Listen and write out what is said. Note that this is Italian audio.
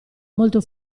molto